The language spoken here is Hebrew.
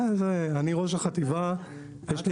אני ראש החטיבה, יש לי